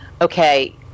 okay